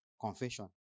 Confession